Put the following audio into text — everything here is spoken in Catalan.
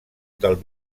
del